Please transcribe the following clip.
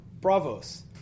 Bravos